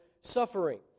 suffering